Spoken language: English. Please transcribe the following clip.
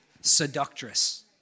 seductress